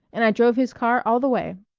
and i drove his car all the way.